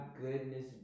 goodness